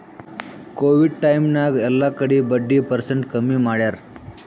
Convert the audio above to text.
Covid time ನಾಗ್ ಎಲ್ಲಾ ಕಡಿ ಬಡ್ಡಿ ಪರ್ಸೆಂಟ್ ಕಮ್ಮಿ ಮಾಡ್ಯಾರ್